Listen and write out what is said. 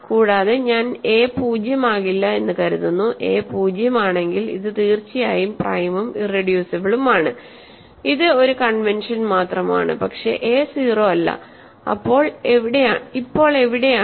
കൂടാതെ ഞാൻ എ പൂജ്യം ആകില്ല എന്ന് കരുതുന്നു എ 0 ആണെങ്കിൽ ഇത് തീർച്ചയായും പ്രൈമും ഇറെഡ്യൂസിബിളും ആണ് ഇത് ഒരു കൺവെൻഷൻ മാത്രമാണ് പക്ഷേ എ 0 അല്ല